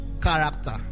character